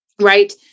right